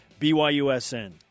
BYUSN